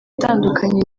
itandukanye